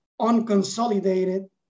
unconsolidated